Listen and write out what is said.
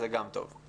זה גם טוב.